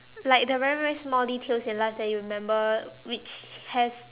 like the very very small details in life that you remember which have